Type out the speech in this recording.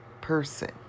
person